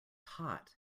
hot